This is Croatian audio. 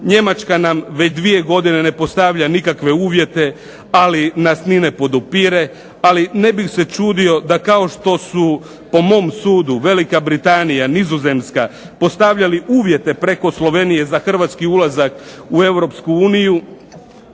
Njemačka nam već dvije godine ne postavlja nikakve uvjete, ali nas ni ne podupire, ali ne bih se čudio da kao što su po mom sudu Velika Britanija, Nizozemska, postavljali uvjete preko Slovenije za hrvatski ulazak u EU